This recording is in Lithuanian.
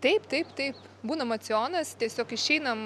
taip taip taip būna mocionas tiesiog išeinam